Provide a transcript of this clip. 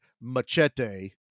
Machete